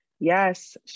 Yes